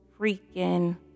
freaking